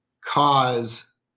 cause